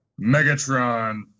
Megatron